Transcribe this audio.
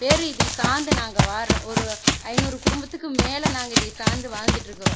பேர் இதை சார்ந்து நாங்க வாழறோம் ஒரு ஐநூறு குடும்பத்துக்கு மேல் நாங்கள் இதை சார்ந்து வாழ்ந்துகிட்ருக்கிறோம்